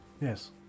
Yes